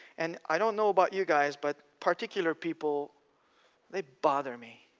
and i don't know about you guys but, particular people they bother me.